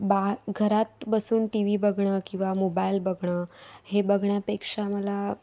बा घरात बसून टी व्ही बघणं किंवा मोबाईल बघणं हे बघण्यापेक्षा मला